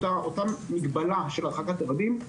אותה מגבלה של הרחקת אוהדים,